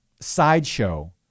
sideshow